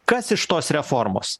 kas iš tos reformos